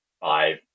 five